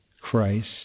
Christ